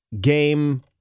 game